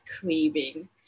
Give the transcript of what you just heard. craving